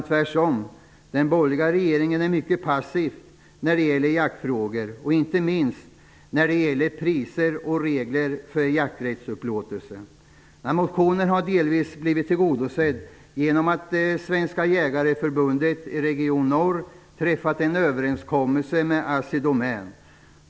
Tvärtom är den borgerliga regeringen mycket passiv när det gäller jaktfrågor, inte minst i fråga om priser och regler för jakträttsupplåtelse. Svenska jägareförbundet, Region norr, har träffat en överenskommelse med Assidomän.